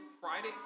Friday